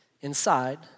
inside